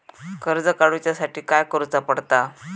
कर्ज काडूच्या साठी काय करुचा पडता?